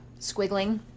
squiggling